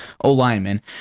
O-lineman